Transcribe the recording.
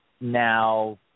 now